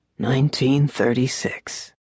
1936